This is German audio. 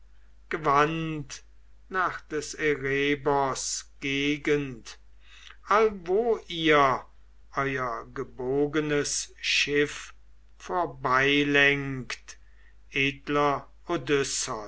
nach des erebos gegend allwo ihr euer gebogenes schiff vorbeilenkt edler